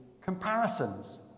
comparisons